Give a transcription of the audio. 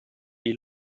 ils